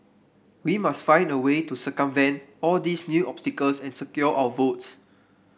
we must find a way to circumvent all these new obstacles and secure our votes